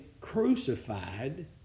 crucified